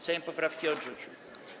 Sejm poprawki odrzucił.